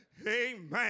Amen